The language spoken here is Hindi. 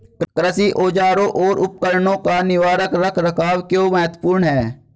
कृषि औजारों और उपकरणों का निवारक रख रखाव क्यों महत्वपूर्ण है?